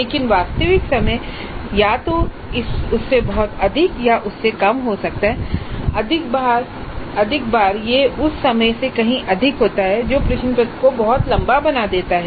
लेकिन वास्तविक समय या तो उससे बहुत अधिक या उससे कम हो सकता है अधिक बार यह उस समय से कहीं अधिक होता है जो प्रश्न पत्र को बहुत लंबा बना देता है